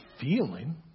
feeling